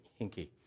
hinky